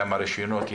כמה רישיונות יש?